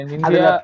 India